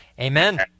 amen